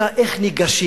אלא איך ניגשים.